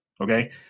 okay